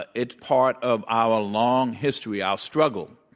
ah it's part of our long history, our struggle